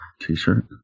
t-shirt